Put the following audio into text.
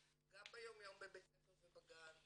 גם ביום יום בבית הספר ובגן,